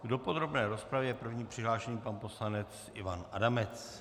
Do podrobné rozpravy je první přihlášen pan poslanec Ivan Adamec.